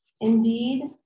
Indeed